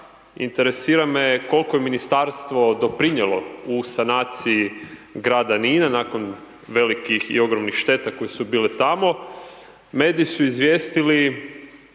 interesira me koliko je ministarstvo doprinijelo u sanaciji grada Nina, nakon velikih i ogromnih šteta, koje su bile tamo. Mediji su izvijestili